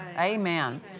Amen